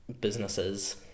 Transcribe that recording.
businesses